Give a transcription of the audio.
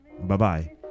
Bye-bye